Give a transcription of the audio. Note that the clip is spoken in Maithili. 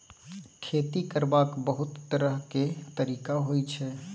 खेती करबाक बहुत तरह केर तरिका होइ छै